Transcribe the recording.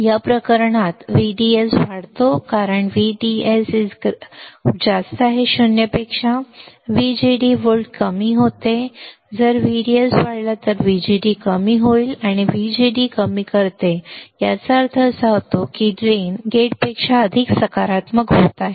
या प्रकरणात जेव्हा VDS वाढतो कारण VDS 0 VGD व्होल्ट कमी होते जर VDS वाढला तर VGD कमी होईल आणि हे VGD कमी करते याचा अर्थ असा होतो की ड्रेन गेटपेक्षा अधिक सकारात्मक होत आहे